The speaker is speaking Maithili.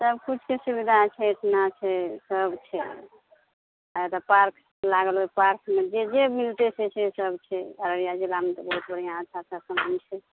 सबकिछुके सुबिधा छै इतना छै सब छै आ तऽ पार्क लागल ओहि पार्कमे जे जे मिलतै से से सब छै अररिया जिलामे तऽ बहुत बढ़िऑं अच्छा अच्छा समान छै